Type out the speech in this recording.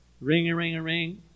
ring-a-ring-a-ring